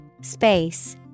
Space